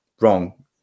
wrong